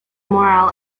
moral